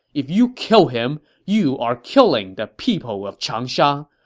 if you kill him, you are killing the people of changsha!